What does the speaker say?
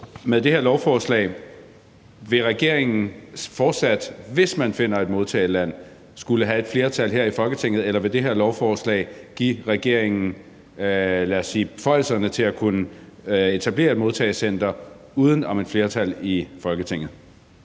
med det her lovforslag, hvis man finder et modtageland, skulle have et flertal her i Folketinget, eller vil det her lovforslag give regeringen beføjelserne til at kunne etablere et modtagecenter uden om et flertal i Folketinget?